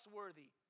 worthy